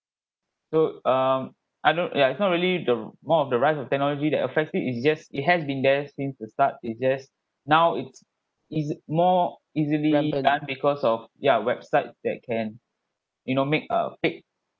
so um I don't ya it's not really the more of the rise of technology that affect this is just it has been there since the start it just now its easy more easily done because of ya websites that can you know make a fake